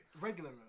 Regular